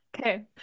Okay